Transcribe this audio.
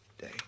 day